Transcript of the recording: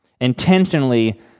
intentionally